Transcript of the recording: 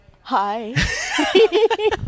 Hi